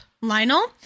Lionel